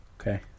Okay